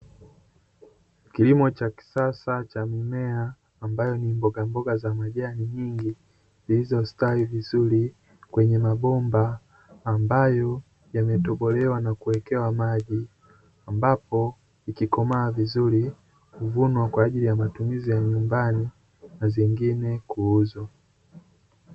Kilimo cha kisasa cha mimea ambayo ni mbogamboga za majani nyingi, zilizostawi vizuri kwenye mabomba ambayo yametobolewa na kuwekewa maji, ambapo ikikomaa vizuri huvunwa kwa ajili ya matumizi ya nyumbani na zingine kuuzwa.